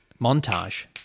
montage